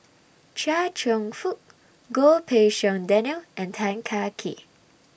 Chia Cheong Fook Goh Pei Siong Daniel and Tan Kah Kee